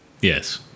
Yes